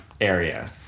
area